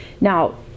Now